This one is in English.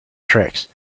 tricks